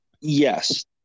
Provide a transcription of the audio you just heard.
Yes